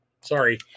Sorry